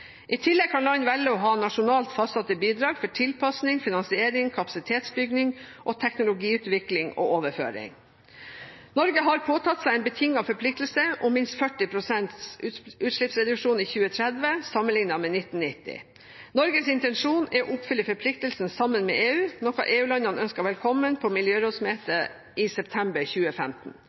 I tillegg kan land velge å ha nasjonalt fastsatte bidrag for tilpasning, finansiering, kapasitetsbygging og teknologiutvikling og -overføring. Norge har påtatt seg en betinget forpliktelse om minst 40 pst. utslippsreduksjon i 2030 sammenlignet med i 1990. Norges intensjon er å oppfylle forpliktelsen sammen med EU, noe EU-landene ønsket velkommen på miljørådsmøte i september 2015.